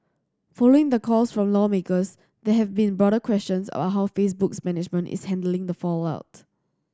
following the calls from lawmakers there have been broader questions about how Facebook's management is handling the fallout